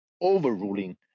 overruling